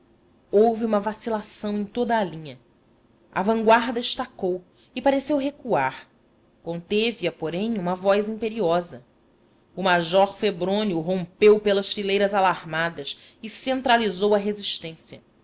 houve uma vacilação em toda a linha a vanguarda estacou e pareceu recuar conteve a porém uma voz imperiosa o major febrônio rompeu pelas fileiras alarmadas e centralizou a resistência